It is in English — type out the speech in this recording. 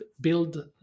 build